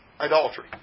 idolatry